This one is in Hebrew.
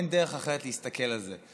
אין דרך אחרת להסתכל על זה.